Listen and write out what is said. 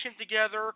together